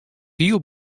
hiel